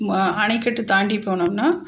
அணைக்கட்டு தாண்டி போனோம்னால்